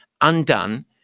undone